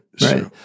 Right